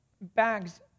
bags